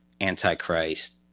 Antichrist